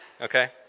Okay